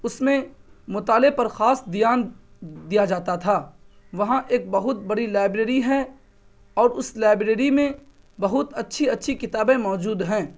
اس میں مطالعہ پر خاص دھیان دیا جاتا تھا وہاں ایک بہت بڑی لائبریری ہے اور اس لائبریری میں بہت اچّھی اچّھی کتابیں موجود ہیں